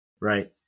right